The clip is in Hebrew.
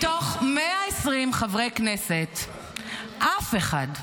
מתוך 120 חברי כנסת, אף אחד,